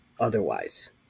otherwise